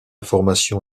formation